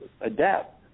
adapt